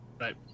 Right